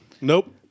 nope